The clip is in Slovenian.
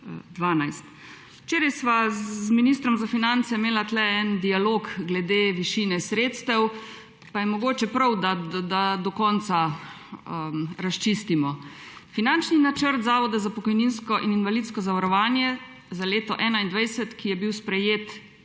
Včeraj sva z ministrom za finance imela tukaj en dialog glede višine sredstev pa je mogoče prav, da do konca razčistimo. Finančni načrt Zavoda za pokojninsko in invalidsko zavarovanje za leto 2021, ki je bil sprejet